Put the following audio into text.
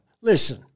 listen